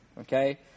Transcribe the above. okay